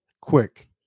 quick